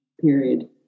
period